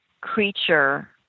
creature